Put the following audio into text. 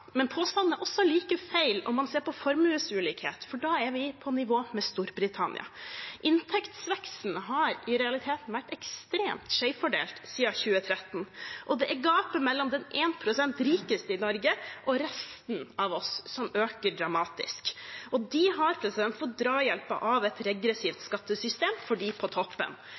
Men påstanden er like feil om man ser på formuesulikhet, for da er vi på nivå med Storbritannia. Inntektsveksten har i realiteten vært ekstremt skjevfordelt siden 2013, og det er gapet mellom de 1 pst. rikeste i Norge og resten av oss som øker dramatisk. De har fått drahjelp av et regressivt skattesystem for dem på toppen.